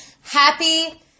Happy